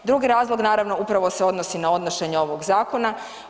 Drugi razlog, naravno, upravo se odnosi na odnošenje ovog zakona.